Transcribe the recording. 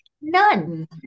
None